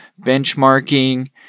benchmarking